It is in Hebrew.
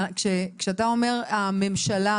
כשאתה אומר הממשלה,